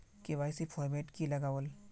KYC format की लगावल?